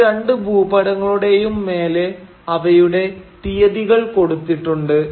ഈ രണ്ടു ഭൂപടങ്ങളുടെയും മേലെ അവയുടെ തിയ്യതികൾ കൊടുത്തിട്ടുണ്ട്